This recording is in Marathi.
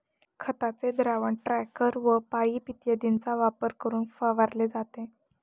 खताचे द्रावण टँकर व पाइप इत्यादींचा वापर करून फवारले जाते